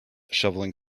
shoveling